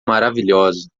maravilhosa